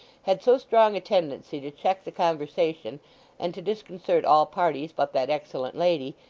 had so strong a tendency to check the conversation and to disconcert all parties but that excellent lady,